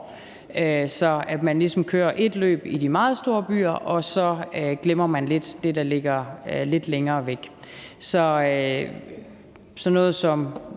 ligesom kører ét løb i de meget store byer, og så glemmer man lidt det, der ligger lidt længere væk.